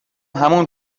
همون